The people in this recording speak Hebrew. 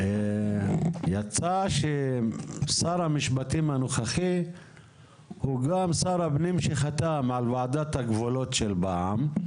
יצא ששר המשפטים הנוכחי הוא גם שר הפנים שחתם על ועדת הגבולות של פעם.